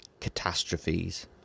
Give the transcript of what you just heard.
catastrophes